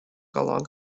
along